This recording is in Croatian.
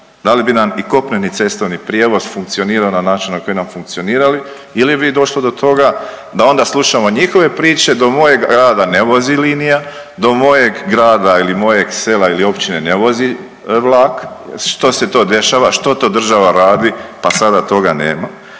Da li bi nam i kopneni cestovni prijevoz funkcionirao na način na koji nam funkcionira ili bi došlo do toga da onda slušamo njihove priče, do mojeg grada ne vozi linija, do mojeg grada ili mojeg sela ili općine ne vozi vlak, što se to dešava, što to država radi, pa sada toga nema